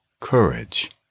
Courage